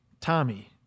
Tommy